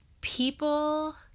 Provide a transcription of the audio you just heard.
people